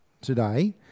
today